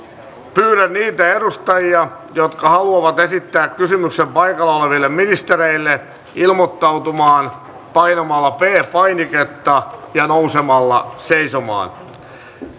pyydän niitä edustajia jotka haluavat esittää kysymyksen paikalla oleville ministereille ilmoittautumaan painamalla p painiketta ja nousemalla seisomaan